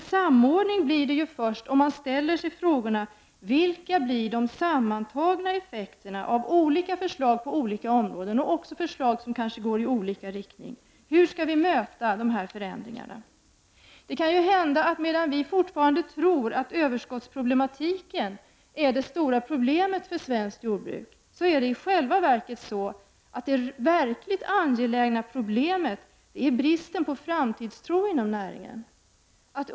Samordning blir det först om man ställer sig frågorna: Vilka blir de sammantagna effekterna av olika förslag på olika områden och förslag som kanske går i olika riktning? Hur skall vi möta dessa förändringar? Det kan hända att medan vi fortfarande tror att överskottsproblematiken är det stora problemet för svenskt jordbruk, så är i själva verket det verkligt angelägna problemet bristen på framtidstro inom näringen.